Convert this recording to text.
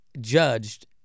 judged